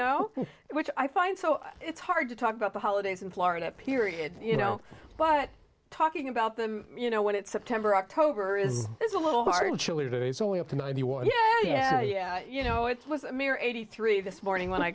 know which i find so it's hard to talk about the holidays in florida period you know but talking about them you know when it's september october is there's a little hard it's only up to ninety one yeah yeah you know it was a mere eighty three this morning when i